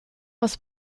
aus